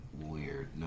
weird